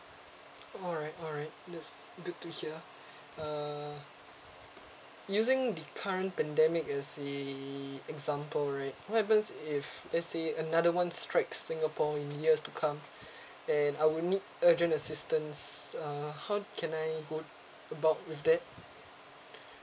alright alright that's good to hear uh using the current pandemic as the example right what happens if let's say another one strikes singapore in years to come and uh we need urgent assistance uh how can I go about with that